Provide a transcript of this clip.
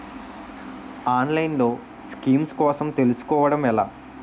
ఆన్లైన్లో స్కీమ్స్ కోసం తెలుసుకోవడం ఎలా?